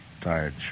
tired